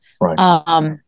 Right